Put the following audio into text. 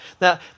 Now